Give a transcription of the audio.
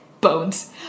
bones